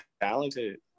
talented